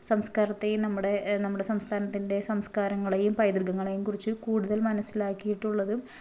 സംസ്കാരത്തെയും നമ്മുടെ നമ്മുടെ സംസ്ഥാനത്തിൻ്റെ സംസ്കാരങ്ങളെയും പൈതൃകങ്ങളെയും കുറിച്ച് കൂടുതൽ മനസ്സിലാക്കിയിട്ടുള്ളതും